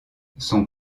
son